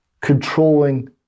Controlling